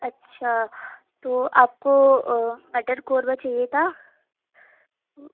اچھا تو آپ کو مٹن قورمہ چاہیے تھا